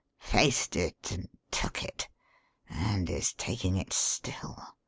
faced it and took it and is taking it still,